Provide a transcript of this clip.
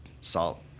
Salt